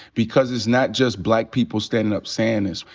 because it's not just black people standin' up sayin' this.